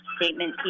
statement